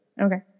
Okay